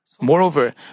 Moreover